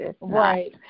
Right